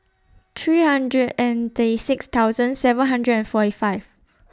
three hundred and thirty six thousand seven hundred and forty five